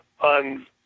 on